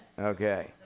Okay